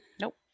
nope